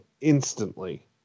instantly